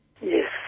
Yes